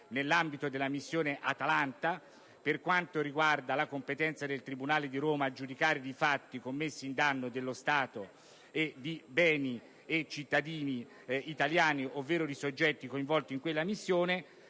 nell'ambito della missione Atalanta, per quanto riguarda la competenza del tribunale di Roma a giudicare di fatti commessi in danno dello Stato, di beni e cittadini italiani, ovvero di soggetti coinvolti in quella missione,